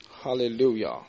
Hallelujah